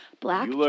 black